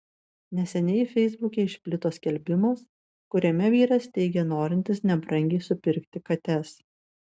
neseniai feisbuke išplito skelbimas kuriame vyras teigia norintis nebrangiai supirkti kates